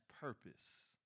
purpose